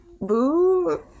Boo